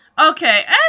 Okay